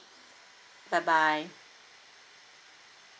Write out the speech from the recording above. bye bye